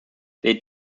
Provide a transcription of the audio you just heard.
they